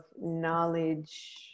knowledge